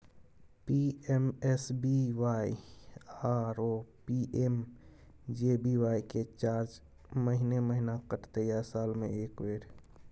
PMSBY आरो PMJBY के charge महीने महीना कटते या साल म एक बेर?